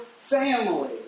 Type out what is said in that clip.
family